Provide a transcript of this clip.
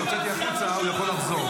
מי שהוצאתי החוצה יכול לחזור.